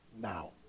now